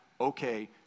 okay